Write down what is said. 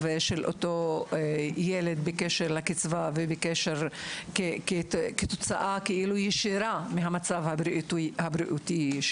של אותו ילד בהתייחס לקצבה כתוצאה ישירה ממצבו הבריאותי.